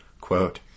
quote